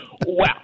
Wow